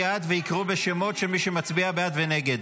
ויקראו בשמות של מי שמצביע בעד ונגד.